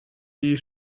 die